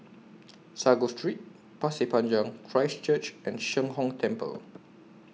Sago Street Pasir Panjang Christ Church and Sheng Hong Temple